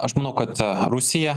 aš manau kad rusija